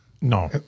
No